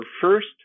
first